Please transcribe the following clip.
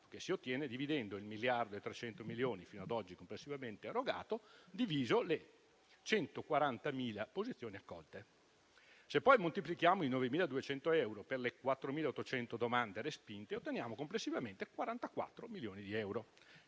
che si ottiene dividendo la somma di 1,3 miliardi fino ad oggi complessivamente erogata per le 140.000 posizioni accolte. Se poi moltiplichiamo i 9.200 euro per le 4.800 domande respinte, otteniamo complessivamente 44 milioni di euro,